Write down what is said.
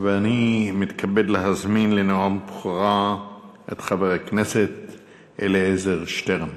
ואני מתכבד להזמין לנאום בכורה את חבר הכנסת אליעזר שטרן.